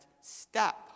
step